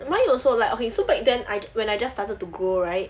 why you also like okay so back then I when I just started to grow right